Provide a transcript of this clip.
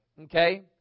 Okay